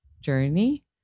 journey